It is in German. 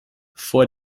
vor